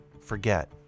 forget